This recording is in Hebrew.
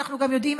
ואנחנו גם יודעים,